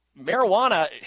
marijuana